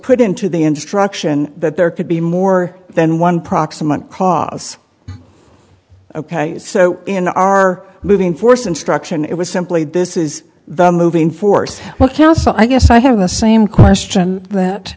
put into the instruction that there could be more than one proximate cause so in our moving force instruction it was simply this is the moving force well i guess i have the same question that